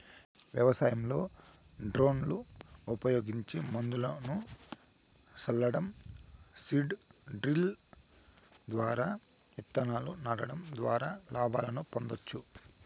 వ్యవసాయంలో డ్రోన్లు ఉపయోగించి మందును సల్లటం, సీడ్ డ్రిల్ ద్వారా ఇత్తనాలను నాటడం ద్వారా లాభాలను పొందొచ్చు